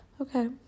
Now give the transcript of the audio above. okay